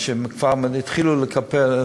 מה שכבר התחילו לקבל.